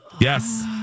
Yes